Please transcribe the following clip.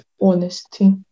honesty